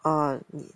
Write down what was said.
ah 你